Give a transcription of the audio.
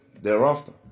thereafter